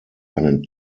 einen